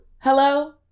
Hello